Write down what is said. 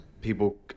people